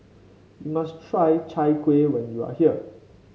you must try Chai Kuih when you are here